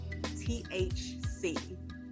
THC